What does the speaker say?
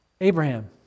Abraham